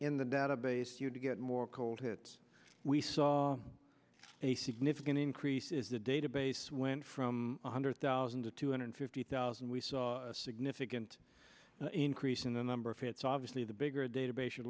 in the database you to get more cold hit we saw a significant increase is the database went from one hundred thousand to two hundred fifty thousand we saw a significant increase in the number of hits obviously the bigger database you're